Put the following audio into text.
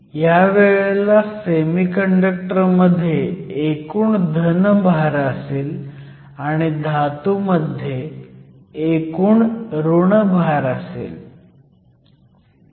ह्यावेळेला semiconductor मध्ये एकूण धन भार असेल आणि धातूमध्ये एकूण ऋण भार असेल